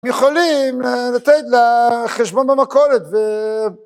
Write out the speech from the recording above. יכולים לתת לחשבון במקורת ו...